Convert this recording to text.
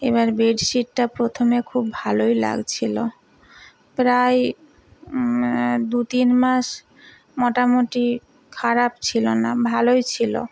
এবার বেডশিটটা প্রথমে খুব ভালোই লাগছিল প্রায় দু তিন মাস মোটামুটি খারাপ ছিল না ভালোই ছিল